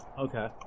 Okay